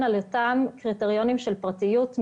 על פי אותם קריטריונים של פרטיות,